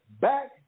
back